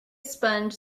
sponge